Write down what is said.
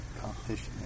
competition